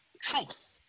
truth